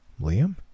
Liam